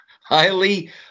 highly